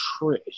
Trish